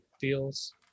deals